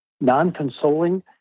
non-consoling